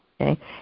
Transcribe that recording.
okay